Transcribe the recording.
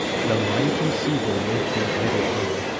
the mighty caesar waits his vital hour,